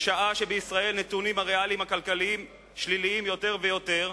בשעה שבישראל הנתונים הריאליים הכלכליים שליליים יותר ויותר,